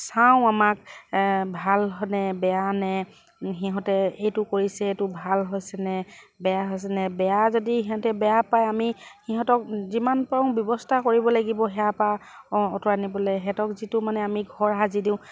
চাওঁ আমাক ভাল হয় নে বেয়া নে সিহঁতে এইটো কৰিছে এইটো ভাল হৈছে নে বেয়া হৈছে নে বেয়া যদি সিহঁতে বেয়া পায় আমি সিহঁতক যিমান পাৰো ব্যৱস্থা কৰিব লাগিব সেয়া পা অঁ অঁতৰাই নিবলৈ সিহঁতক যিটো মানে আমি ঘৰ সাজি দিওঁ